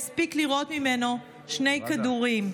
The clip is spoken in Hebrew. והספיק לירות ממנו שני כדורים.